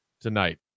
tonight